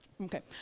okay